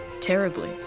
Terribly